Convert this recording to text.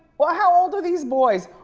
well, how old are these boys?